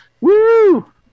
woo